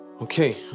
Okay